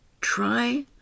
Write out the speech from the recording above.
try